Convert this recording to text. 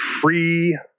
free